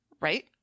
Right